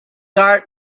art